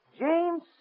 James